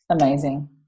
amazing